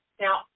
now